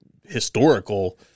historical